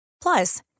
plus